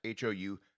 HOU